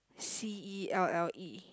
C E L L E